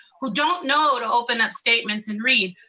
who don't know to open up statements and read.